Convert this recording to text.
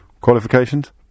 Qualifications